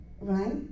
right